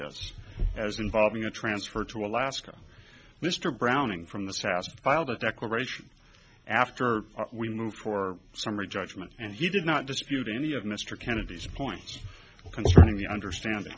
this as involving a transfer to alaska mr browning from the sas and filed a declaration after we moved for summary judgment and he did not dispute any of mr kennedy's points concerning the understanding